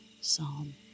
psalm